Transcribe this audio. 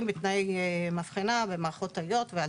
בתנאי מבחנה ומערכות תאיות ואל-תאיות.